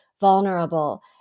vulnerable